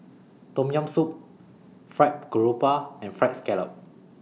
Tom Yam Soup Fried Garoupa and Fried Scallop